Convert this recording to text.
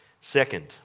Second